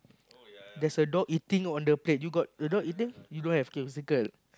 that's a dog eating on the plate you got the dog eating you don't have it was a girl